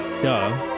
duh